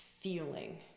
feeling